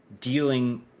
dealing